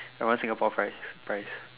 I want Singapore price price